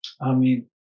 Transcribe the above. Amen